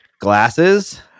glasses